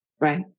Right